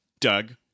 Doug